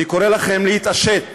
אני קורא לכם להתעשת,